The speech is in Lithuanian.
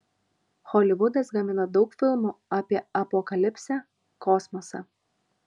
holivudas gamina daug filmų apie apokalipsę kosmosą